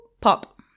pop